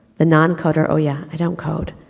the non coder, oh yeah, i don't code,